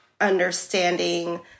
understanding